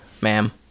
ma'am